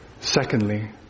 Secondly